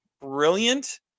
brilliant